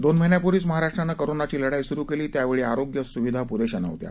दोन महिन्यांपूर्वी महाराष्ट्रानं कोरोनाची लढाई सुरु केली त्यावेळी आरोग्य सुविधा पुरेशा नव्हत्या